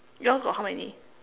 yours got how many